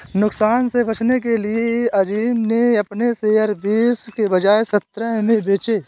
नुकसान से बचने के लिए अज़ीम ने अपने शेयर बीस के बजाए सत्रह में बेचे